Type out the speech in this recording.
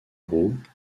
groupe